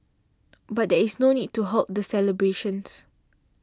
but there is no need to halt the celebrations